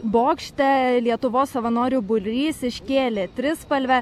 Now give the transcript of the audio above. bokšte lietuvos savanorių būrys iškėlė trispalvę